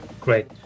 great